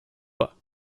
pas